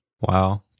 Wow